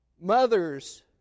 Mothers